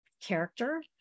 character